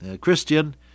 Christian